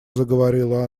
заговорила